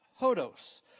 hodos